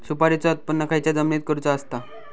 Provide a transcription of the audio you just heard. सुपारीचा उत्त्पन खयच्या जमिनीत करूचा असता?